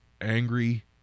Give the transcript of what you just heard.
angry